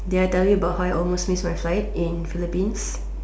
did I tell you about how I almost missed my flight in Philippines